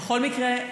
בכל מקרה,